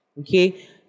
okay